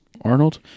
Arnold